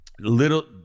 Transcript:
little